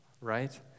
right